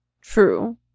True